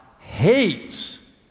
hates